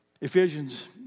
Ephesians